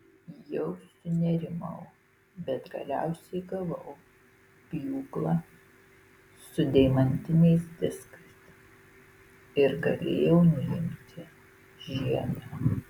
jau sunerimau bet galiausiai gavau pjūklą su deimantiniais diskais ir galėjau nuimti žiedą